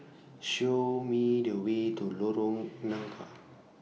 Show Me The Way to Lorong Nangka